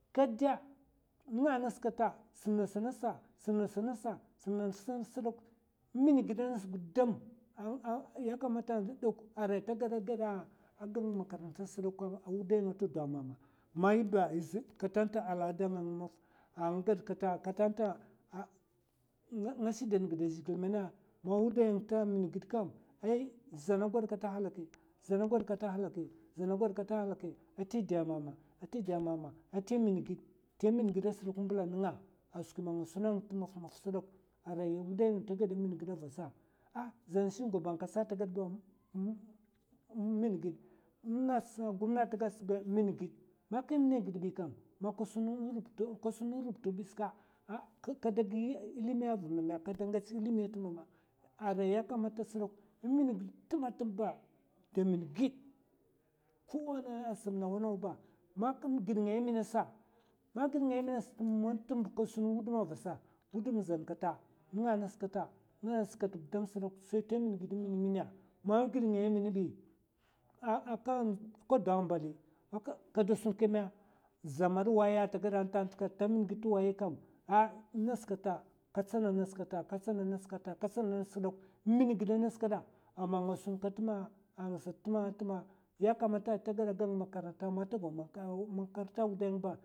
Kɗ nga ngas kata, sam nasa ngasa, sam nasa ngasa sam nan sa tsdok in min gida nas gudam, ya kamata ni dok arai ta gada gada gid makarantas dokwa, a wudai ta dwa mama, ma yiba kantn alada mana mu maf a nga gad kata, katan ta nga shidan gida zhègil mèna a wudai nga ta min gid kam, è zana gwad kata halaki, zana gwad kata halaki, a tè dè mama, a tè dè mama, a tè min gid tè min gids n'mbla nènga, a skwi man nga suna'nga ta mafmaf sdok, arai wudai ng tè gada min gida vasa. ah zan shugaban kasa tba, in min gid, ng ngas gomna tagad ba in mi ngid. maka mina gid aikam, ka sun rubutu ska, kada gi ilimi av mè? Kada ngèch ilimiya tma ma? Arai ya kamata sdok, in min gid tma tm'ba da mingid. kowa sam nawa nawa ba, ma gid ngaya in minasa, ma gid ngaya in minasa mu man tbmb ka sun wuduma vasa, wudum zan kata, nènga nas kata. nènga nas kat gudam sdok. sai ta min gid in minmina ma gid ngai in min ai, aka dwa mbali kada sun ka mè? Zaman waya ta gada tn'ta kat ta min gid twaya kam. ah in nas kata ka tsana nas kata, ka tsana nas kata, ka tsana nan sdok, in mi gida nas kada, ama nga suna ka tma, ang sat tma nt'tma, yamata rai ta gada gan makaranta. mata gaw makaranta wudai ng'ba